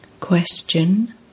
Question